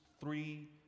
three